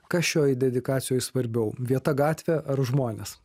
kas šioj dedikacijoj svarbiau vieta gatvė ar žmonės